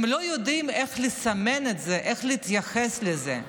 הם לא יודעים איך לסמן את זה, איך להתייחס לזה.